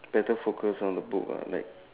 better focus on the book lah like